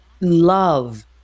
love